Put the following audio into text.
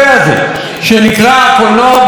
שנקרא הקולנוע בישראל,